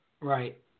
Right